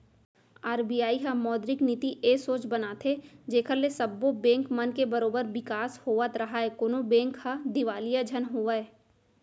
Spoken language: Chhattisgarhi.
आर.बी.आई ह मौद्रिक नीति ए सोच बनाथे जेखर ले सब्बो बेंक मन के बरोबर बिकास होवत राहय कोनो बेंक ह दिवालिया झन होवय